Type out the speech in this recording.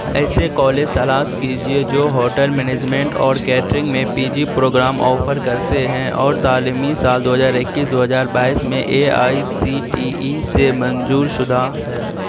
ایسے کالج تلاش کیجیے جو ہوٹل مینجمنٹ اور کیٹرنگ میں پی جی پروگرام آفر کرتے ہیں اور تعلیمی سال دو ہزار اکیس دو ہزار بائیس میں A I C T E سے منظور شدہ ہیں